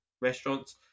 restaurants